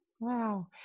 Wow